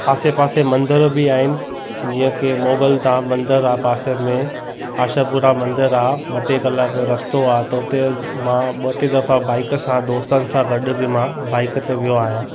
आसे पासे मंदर बि आहिनि जीअं की मुगल धाम मंदरु आहे पासे में आशापूरा मंदरु आहे ॿ टे कलाक जो रस्तो आहे त उते मां ॿ टे दफ़ा बाइक सां दोस्तनि सां गॾु ब मां बाइक ते वियो आहियां